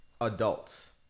adults